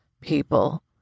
people